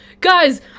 Guys